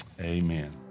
Amen